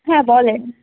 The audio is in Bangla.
হ্যাঁ বলেন